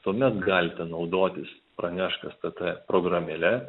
tuomet galite naudotis pranešk stt programėle